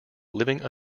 living